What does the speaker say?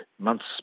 months